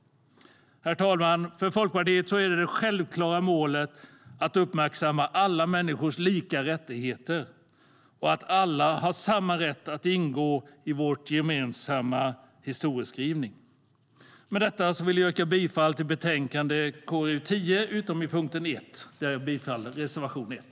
Herr talman! För Folkpartiet är det självklara målet att uppmärksamma alla människors lika rättigheter och det faktum att alla har samma rätt att ingå i vår gemensamma historieskrivning. Med det yrkar jag bifall till utskottets förslag i betänkande KrU10, utom när det gäller punkt 1 där jag alltså har yrkat bifall till reservation 1.